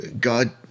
God